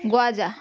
গজা